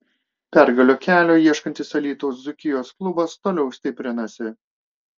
pergalių kelio ieškantis alytaus dzūkijos klubas toliau stiprinasi